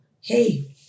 hey